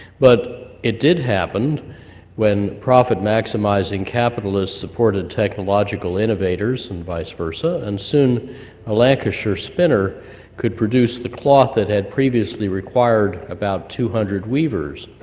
but it did happen when profit maximizing capitalists supported technological innovators and vice versa, and soon a lancashire spinner could produce the cloth that had previously required about two hundred weavers,